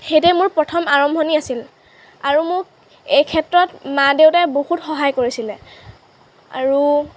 সেইটোৱে মোৰ প্ৰথম আৰম্ভণি আছিল আৰু মোক এই ক্ষেত্ৰত মা দেউতাই বহুত সহায় কৰিছিলে আৰু